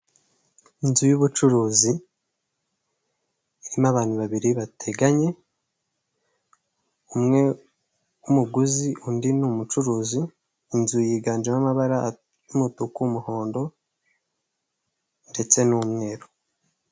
Inzu y'ubucuruzi irimo abantu babiri bateganye; umwe w'umuguzi undi ni umucuruzi. Inzu yiganjemo amabara y'umutuku, umuhondo ndetse n'umweru.